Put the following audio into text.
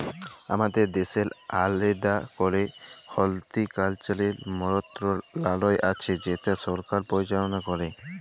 আমাদের দ্যাশের আলেদা ক্যরে হর্টিকালচারের মলত্রলালয় আছে যেট সরকার পরিচাললা ক্যরে